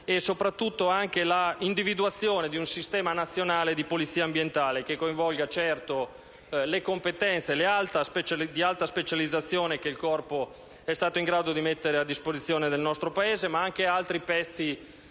e soprattutto l'individuazione di un sistema nazionale di polizia ambientale che coinvolga, certo, le competenze di alta specializzazione che il Corpo è stato in grado di mettere a disposizione del nostro Paese, ma anche altri pezzi